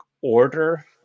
order